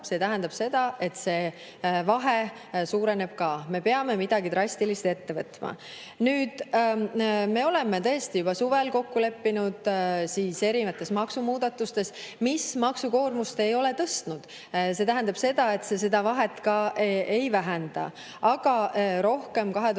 see tähendab seda, et see vahe ka suureneb? Me peame midagi drastilist ette võtma. Me juba suvel leppisime kokku erinevates maksumuudatustes, mis maksukoormust ei ole tõstnud. See tähendab seda, et see seda vahet ei vähenda. Aga rohkem 2024.